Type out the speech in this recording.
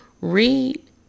read